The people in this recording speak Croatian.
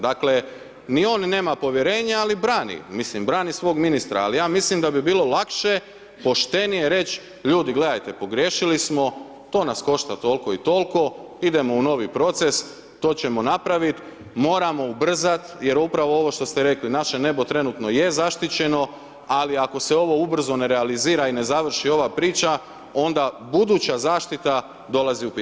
Dakle ni on nema povjerenja ali brani, mislim, brani svog ministra ali ja mislim da bi bilo lakše, poštenije reći, ljudi, gledajte, pogriješili smo, to nas košta toliko i toliko, idemo u novi proces, to ćemo napraviti, moramo ubrzati jer ovo što ste rekli, naše nebo trenutno je zaštićeno ali ako se ovo ubrzo ne realizira i ne završi ova priča onda buduća zaštita dolazi u pitanje.